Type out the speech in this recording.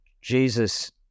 Jesus